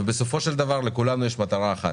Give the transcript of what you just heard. ובסופו של דבר לכולנו יש מטרה אחת,